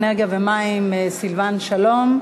האנרגיה והמים סילבן שלום.